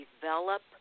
develop